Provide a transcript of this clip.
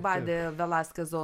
vade velaskeso